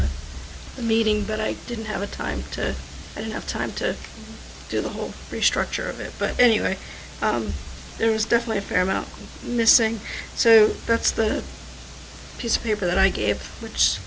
the meeting but i didn't have the time to i didn't have time to do the whole restructure of it but anyway there is definitely a fair amount missing so that's the piece of paper that i gave which